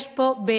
יש פה באמת,